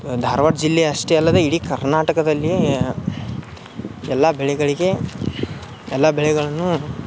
ಧಾರ್ವಾಡ ಜಿಲ್ಲೆ ಅಷ್ಟೇ ಅಲ್ಲದೆ ಇಡೀ ಕರ್ನಾಟಕದಲ್ಲಿಯೇ ಎಲ್ಲ ಬೆಳೆಗಳಿಗೆ ಎಲ್ಲ ಬೆಳೆಗಳನ್ನೂ